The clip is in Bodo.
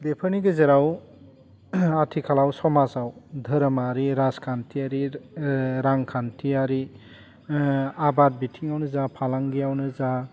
बेफोरनि गेजेराव आथिखालाव समाजाव दोहोरोमारि राजखान्थियारि रांखान्थियारि आबाद बिथिङावनो जा फालांगियावनो जा